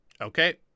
Okay